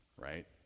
right